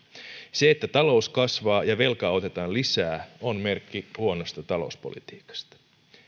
se että talous kasvaa ja velkaa otetaan lisää on merkki huonosta talouspolitiikasta